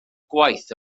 gwaith